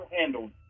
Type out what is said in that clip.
handled